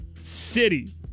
city